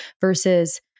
versus